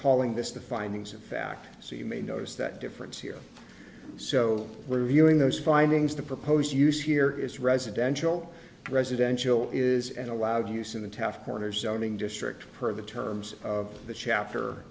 calling this the findings of so you may notice that difference here so we're reviewing those findings the proposed use here is residential residential is an allowed use in the taft corner zoning district per the terms of the chapter